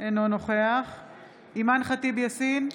אינו נוכח אימאן ח'טיב יאסין,